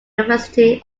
university